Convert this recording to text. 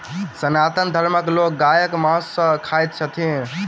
सनातन धर्मक लोक गायक मौस नै खाइत छथि